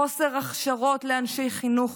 חוסר בהכשרות לאנשי חינוך,